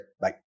Bye